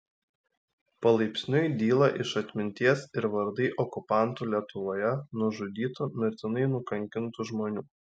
palaipsniui dyla iš atminties ir vardai okupantų lietuvoje nužudytų mirtinai nukankintų žmonių